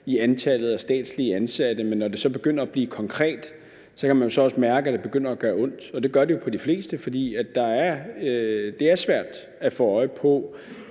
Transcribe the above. i antallet af statsligt ansatte, men når det så begynder at blive konkret, kan man også mærke, at det begynder at gøre ondt. Det gør det jo på de fleste, for det er svært at få øje på